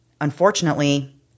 Unfortunately